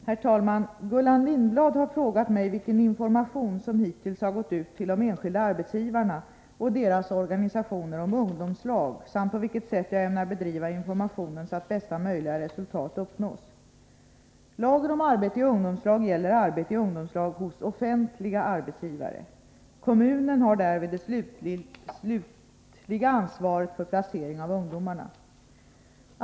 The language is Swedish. Herr talman! Gullan Lindblad har frågat mig vilken information som hittills har gått ut till de enskilda arbetsgivarna och deras organisationer om ungdomslag samt på vilket sätt jag ämnar bedriva informationen så att bästa möjliga resultat uppnås. Lagen om arbete i ungdomslag gäller arbete i ungdomslag hos offentliga arbetsgivare. Kommunen har därvid det slutliga ansvaret för placering av ungdomarna.